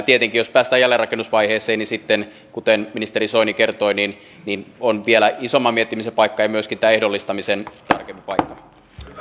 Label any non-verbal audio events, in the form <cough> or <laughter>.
<unintelligible> tietenkin jos päästään jälleenrakennusvaiheeseen sitten kuten ministeri soini kertoi on vielä isomman miettimisen paikka ja myöskin tämän ehdollistamisen tarkempi paikka